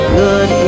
good